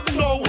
no